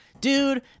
Dude